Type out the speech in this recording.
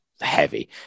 heavy